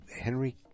henry